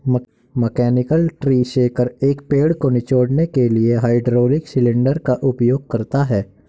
mechanical tree shaker, एक पेड़ को निचोड़ने के लिए हाइड्रोलिक सिलेंडर का उपयोग करता है